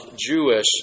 Jewish